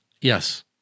Yes